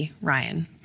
Ryan